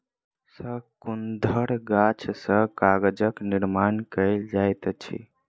शंकुधर गाछ सॅ कागजक निर्माण कयल जाइत अछि